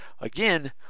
Again